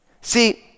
See